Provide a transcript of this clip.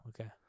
okay